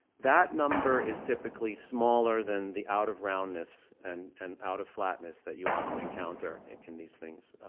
that number is typically smaller than the out-of-roundness and and out-of-flatness that you often encounter in these things,